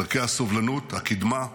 על ערכי הסובלנות, הקדמה,